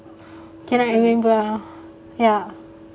cannot remember ya